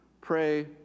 Pray